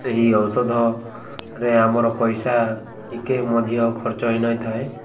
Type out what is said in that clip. ସେହି ଔଷଧରେ ଆମର ପଇସା ଟିକେ ମଧ୍ୟ ଖର୍ଚ୍ଚ ହେଇନଥାଏ